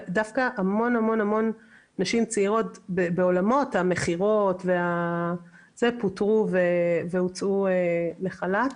דווקא המון המון נשים צעירות בעולמות המכירות פוטרו והוצאו לחל"ת.